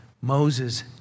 Moses